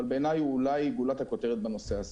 אבל בעיני הוא אולי גולת הכותרת בנושא הזה.